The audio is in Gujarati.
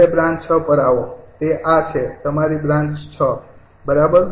હવે બ્રાન્ચ ૬ પર આવો તે આ છે તમારી બ્રાન્ચ ૬ બરાબર